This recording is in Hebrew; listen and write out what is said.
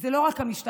זו לא רק המשטרה